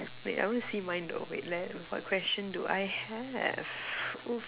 wait I want to see mine though wait let what question do I have oo